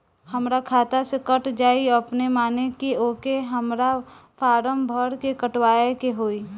हमरा खाता से कट जायी अपने माने की आके हमरा फारम भर के कटवाए के होई?